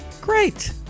Great